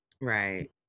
Right